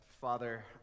Father